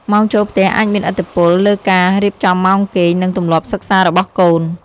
ម៉ោងចូលផ្ទះអាចមានឥទ្ធិពលលើការរៀបចំម៉ោងគេង និងទម្លាប់សិក្សារបស់កូន។